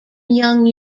young